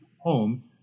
home